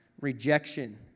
rejection